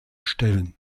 stellen